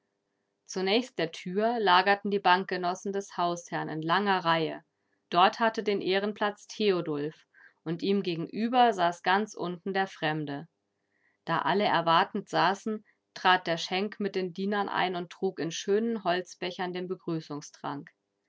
zunächst der tür lagerten die bankgenossen des hausherrn in langer reihe dort hatte den ehrenplatz theodulf und ihm gegenüber saß ganz unten der fremde da alle erwartend saßen trat der schenk mit den dienern ein und trug in schönen holzbechern den begrüßungstrank